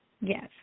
Yes